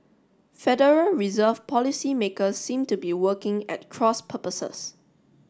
Federal Reserve policymakers seem to be working at cross purposes